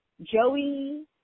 Joey